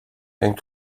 and